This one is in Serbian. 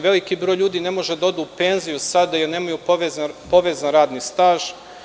Veliki broj ljudi ne može da ode u penziju sada, jer nemaju povezan radni staž.